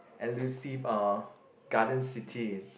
elusive uh garden city